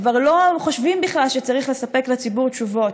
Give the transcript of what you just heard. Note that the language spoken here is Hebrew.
כבר לא חושבים בכלל שצריך לספק לציבור תשובות.